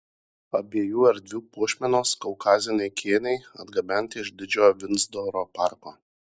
abiejų erdvių puošmenos kaukaziniai kėniai atgabenti iš didžiojo vindzoro parko